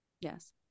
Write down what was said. Yes